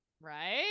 right